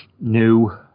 new